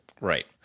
right